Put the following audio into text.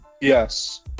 Yes